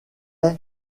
est